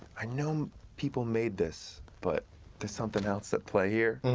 i know people made this but there's something else at play here.